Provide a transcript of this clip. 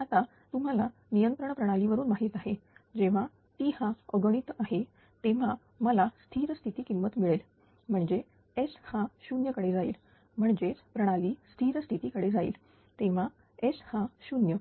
आता तुम्हाला नियंत्रण प्रणाली वरून माहित आहे जेव्हा t हा अगणित आहे तेव्हा मला स्थिर स्थिती किंमत मिळेल म्हणजेच S हा 0 कडे जाईल म्हणजेच प्रणाली स्थिर स्थिती कडे जाईल जेव्हा s हा 0